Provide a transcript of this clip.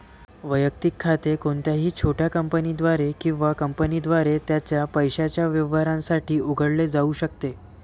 वैयक्तिक खाते कोणत्याही छोट्या कंपनीद्वारे किंवा कंपनीद्वारे त्याच्या पैशाच्या व्यवहारांसाठी उघडले जाऊ शकते